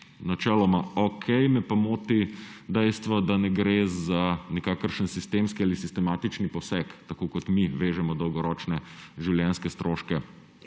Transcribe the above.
načeloma okej, me pa moti dejstvo, da ne gre za nikakršen sistemski ali sistematični poseg, tako kot mi vežemo dolgoročne življenjske stroške